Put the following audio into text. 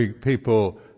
People